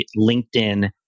LinkedIn